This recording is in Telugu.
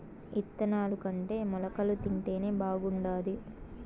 ఇత్తనాలుకంటే మొలకలు తింటేనే బాగుండాది